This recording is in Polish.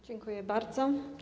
Dziękuję bardzo.